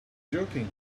joking